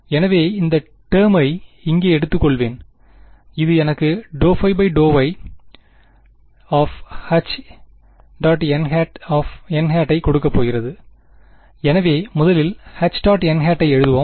எனவே இந்த டேர்மை இங்கே எடுத்துக்கொள்வேன் இது எனக்கு ∂ϕ∂yH·n n ஐ கொடுக்கப்போகிறது எனவே முதலில் H· n ஐ எழுதுவோம்